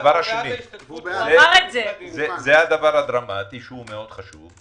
הדבר השני - וזה הדבר הדרמטי, שהוא מאוד חשוב.